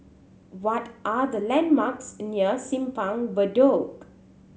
what are the landmarks near Simpang Bedok